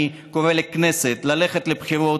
אני קורא לכנסת ללכת לבחירות,